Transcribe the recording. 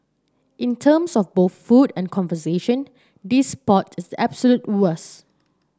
in terms of both food and conversation this spot is absolute worst